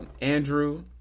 Andrew